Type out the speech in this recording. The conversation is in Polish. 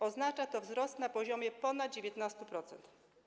Oznacza to wzrost na poziomie ponad 19%.